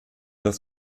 das